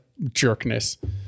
jerkness